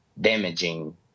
damaging